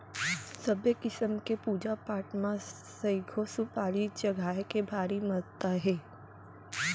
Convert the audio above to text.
सबे किसम के पूजा पाठ म सइघो सुपारी चघाए के भारी महत्ता हे